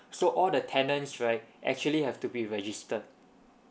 so all the tenants right actually have to be registered